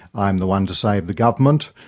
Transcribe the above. i am the one to save the government,